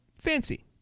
fancy